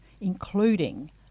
including